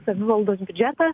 savivaldos biudžetą